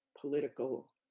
political